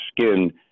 skin